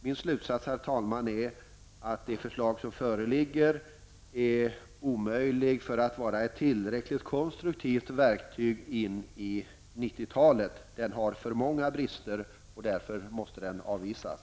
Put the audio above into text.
Min slutsats, herr talman, är att det förslag som föreligger är omöjligt för att kunna utgöra ett tillräckligt konstruktivt verktyg in på 90 talet. Det har för många brister, och därför måste det avvisas.